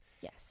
Yes